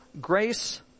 grace